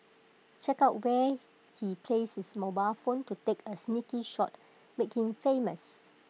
check out where he placed his mobile phone to take A sneaky shot make him famous